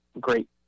great